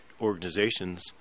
organizations